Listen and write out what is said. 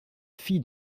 fille